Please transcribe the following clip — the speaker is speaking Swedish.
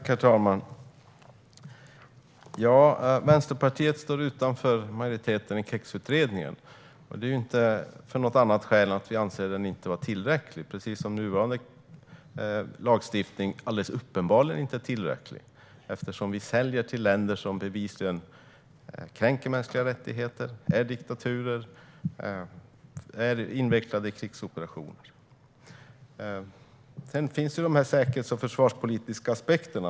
Herr talman! Skälet till att Vänsterpartiet står utanför majoriteten i KEX-utredningen är att vi anser att utredningen inte är tillräcklig - precis som nuvarande lagstiftning alldeles uppenbarligen inte är tillräcklig, eftersom vi säljer till länder som bevisligen kränker mänskliga rättigheter, är diktaturer och är invecklade i krigsoperationer. Det finns säkerhets och försvarspolitiska aspekter.